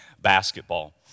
basketball